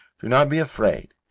do not be afraid.